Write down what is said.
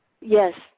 Yes